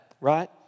Right